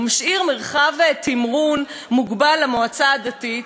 הוא משאיר מרחב תמרון מוגבל למועצה הדתית,